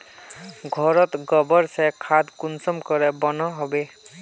घोरोत गबर से खाद कुंसम के बनो होबे?